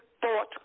thought